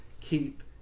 keep